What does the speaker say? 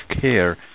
care